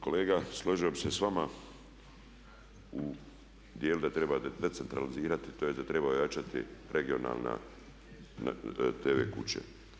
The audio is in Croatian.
Kolega složio bih se sa vama u dijelu da treba decentralizirati, tj. da treba ojačati regionalne tv kuće.